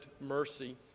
mercy